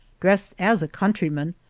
dressed as a countryman,